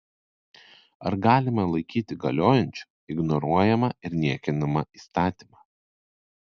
ar galima laikyti galiojančiu ignoruojamą ir niekinamą įstatymą